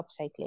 upcycling